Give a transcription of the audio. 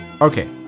Okay